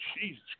Jesus